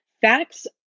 facts